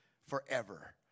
forever